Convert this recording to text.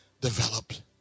developed